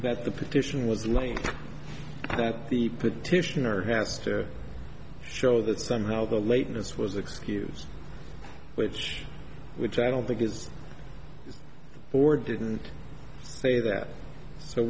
that the petition was like that the petitioner has to show that somehow the lateness was excuse which which i don't think is or didn't say that so